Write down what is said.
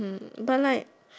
mm but like